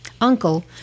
uncle